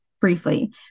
briefly